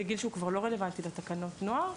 זה גיל שהוא כבר לא רלוונטי לתקנות נוער,